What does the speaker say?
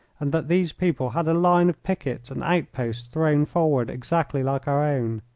and that these people had a line of pickets and outposts thrown forward exactly like our own.